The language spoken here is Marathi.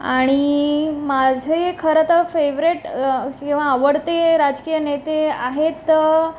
आणि माझे खरंतर फेवरेट किंवा आवडते राजकीय नेते आहेत